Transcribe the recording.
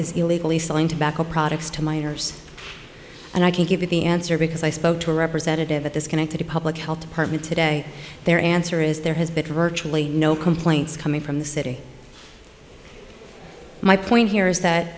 is illegally selling tobacco products to minors and i can't give you the answer because i spoke to a representative at this connected to public health department today their answer is there has been virtually no complaints coming from the city my point here is that